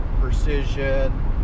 precision